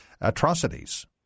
atrocities